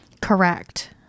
Correct